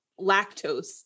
lactose